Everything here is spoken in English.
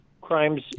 crimes